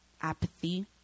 apathy